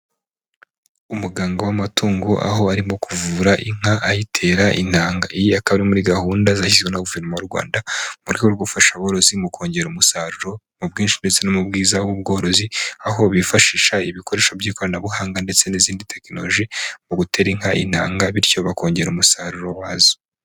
Umuganga w'amatungo aho arimo kuvura inka ayitera intanga, iyi akaba muri gahunda zashyizweho na guverinoma y'u Rwanda, mu rwego rwo gufasha ubworozi mu kongera umusaruro mu bwinshi ndetse no mu bwiza bw'ubworozi, aho bifashisha ibikoresho by'ikoranabuhanga, ndetse n'izindi tekinoloji mu gutera inka intanga, bityo bakongera umusaruro wazo.